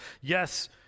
Yes